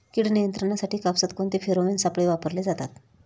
कीड नियंत्रणासाठी कापसात कोणते फेरोमोन सापळे वापरले जातात?